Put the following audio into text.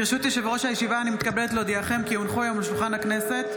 אני קובע כי הצעת חוק הרשויות המקומיות (פטור חיילים,